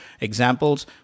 Examples